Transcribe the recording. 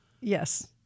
Yes